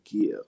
give